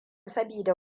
sabida